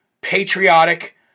patriotic